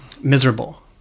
miserable